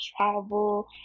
travel